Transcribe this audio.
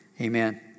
Amen